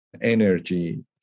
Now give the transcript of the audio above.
energy